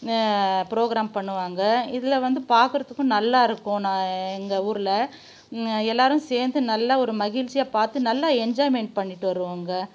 program பண்ணுவாங்க இதில் வந்து பார்க்கறத்துக்கும் நல்லாயிருக்கும் ந எங்கள் ஊரில் எல்லாேரும் சேர்ந்து நல்ல ஒரு மகிழ்ச்சிய பார்த்து நல்லா என்ஜாய்மெண்ட் பண்ணிட்டு வருவோங்க